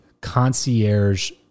concierge